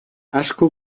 asko